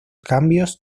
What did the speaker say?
cambios